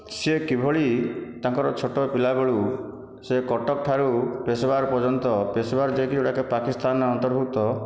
ସିଏ କିଭଳି ତାଙ୍କର ଛୋଟ ପିଲାବେଳୁ ସେ କଟକ ଠାରୁ ପେଶୱାର ପର୍ଯ୍ୟନ୍ତ ପେଶୱାର ଯେଉଁଟାକି ପାକିସ୍ତାନ ଅନ୍ତର୍ଭୂକ୍ତ